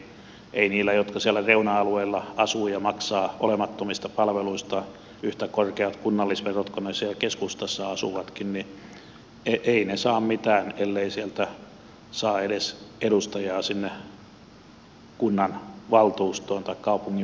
eivät ne jotka siellä reuna alueilla asuvat ja maksavat olemattomista palveluista yhtä korkeat kunnallisverot kuin siellä keskustassa asuvatkin saa mitään ellei sieltä saa edes edustajaa sinne kaupunginvaltuustoon